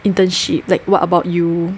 internship like what about you